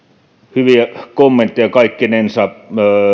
hyviä kommentteja kaikkinensa